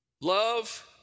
Love